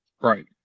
Right